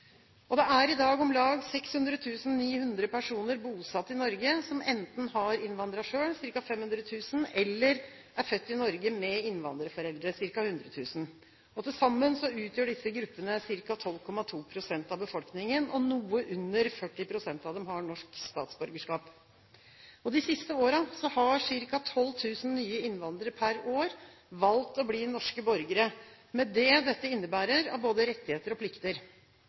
Norge. Det er i dag om lag 600 900 personer bosatt i Norge, som enten har innvandret selv, ca. 500 000, eller som er født i Norge med innvandrerforeldre, ca. 100 000. Til sammen utgjør disse gruppene 12,2 pst. av befolkningen, og noe under 40 pst. av dem har norsk statsborgerskap. De siste årene har ca. 12 000 nye innvandrere per år valgt å bli norske borgere, med det dette innebærer av både rettigheter og plikter.